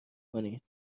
کنید